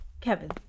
Kevin